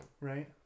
right